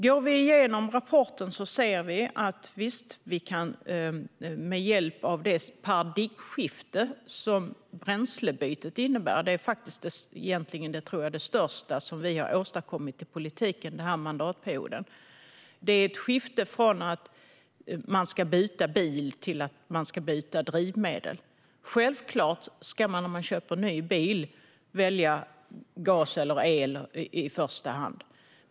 Går vi igenom rapporten ser vi vad vi kan göra med hjälp av det paradigmskifte som bränslebytet innebär. Det är egentligen det största som vi har åstadkommit i politiken den här mandatperioden. Det är ett skifte från att man ska byta bil till att man ska byta drivmedel. Självklart ska man om man köper ny bil välja gas eller el i första hand.